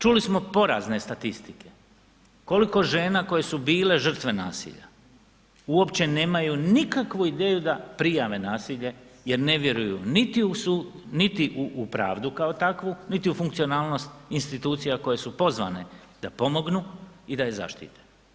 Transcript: Čuli smo porazne statistike, koliko žena koje su bile žrtve nasilja uopće nemaju nikakvu ideju da prijave nasilje jer ne vjeruju niti u pravdu kao takvu, niti u funkcionalnost institucija koje su pozvane da pomognu i da je zaštite.